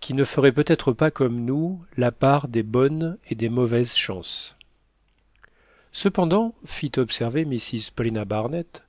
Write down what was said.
qui ne feraient peut-être pas comme nous la part des bonnes et des mauvaises chances cependant fit observer mrs paulina barnett